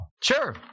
sure